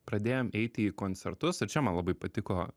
pradėjom eiti į koncertus ir čia man labai patiko